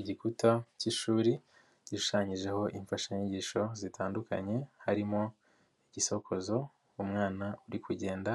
Igikuta cy'ishuri gishushanyijeho imfashanyigisho zitandukanye, harimo igisokozo, umwana uri kugenda,